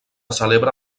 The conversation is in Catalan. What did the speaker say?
celebra